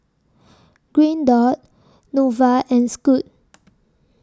Green Dot Nova and Scoot